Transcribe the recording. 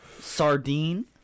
Sardine